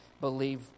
believe